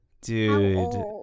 Dude